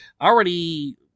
Already